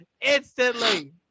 instantly